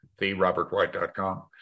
Therobertwhite.com